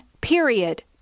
Period